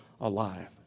alive